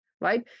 right